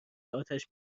اتش